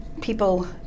people